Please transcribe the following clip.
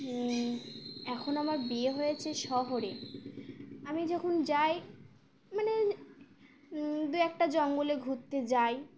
এখন আমার বিয়ে হয়েছে শহরে আমি যখন যাই মানে দু একটা জঙ্গলে ঘুরতে যাই